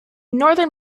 northern